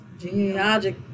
genealogic